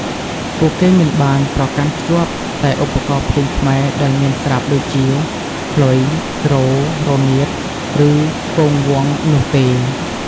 ពួកគេមិនបានប្រកាន់ខ្ជាប់តែឧបករណ៍ភ្លេងខ្មែរដែលមានស្រាប់ដូចជា ខ្លុយ ទ្រ រនាត ឬ គងវង្ស នោះទេ។